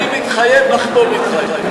אני מתחייב לחתום אתך,